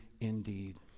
indeed